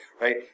Right